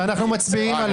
ואנחנו מצביעים עליהן.